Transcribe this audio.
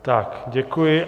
Tak děkuji.